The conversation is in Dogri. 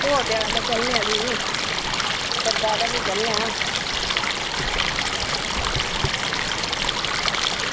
होवो त्यार तां चलने आं फ्ही साद्दा आए तां फ्ही चलने आं